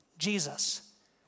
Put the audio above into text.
Jesus